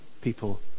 people